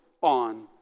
on